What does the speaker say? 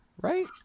right